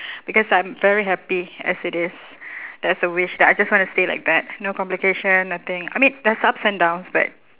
because I'm very happy as it is that's the wish that I just want to stay like that no complication nothing I mean there's up and downs but